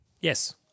Yes